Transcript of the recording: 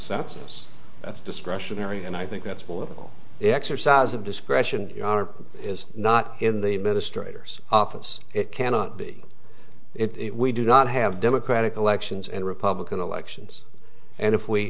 census that's discretionary and i think that's a political exercise of discretion is not in the administrator's office it cannot be it we do not have democratic elections and republican elections and if we